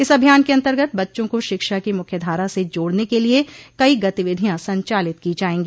इस अभियान के अन्तर्गत बच्चों को शिक्षा की मुख्यधारा से जोड़ने के लिये कई गतिविधियां संचालित की जायेगी